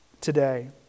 today